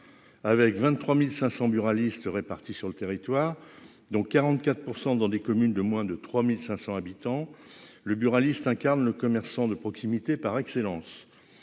avec 23500 buralistes répartis sur le territoire dont 44 % dans des communes de moins de 3500 habitants le buraliste incarne le commerçant de proximité par excellence,